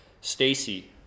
Stacy